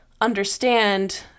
understand